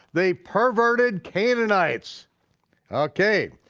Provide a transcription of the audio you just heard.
the perverted canaanites okay.